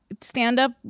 Stand-up